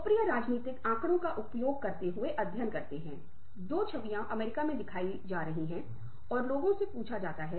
अब यह आत्म जागरूकता बढ़ाता है यह दूसरे के बारे में जागरूकता भी बढ़ाता है